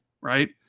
right